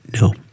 No